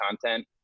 content